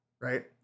right